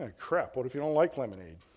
ah crap, what if you don't like lemonade?